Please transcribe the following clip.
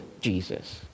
Jesus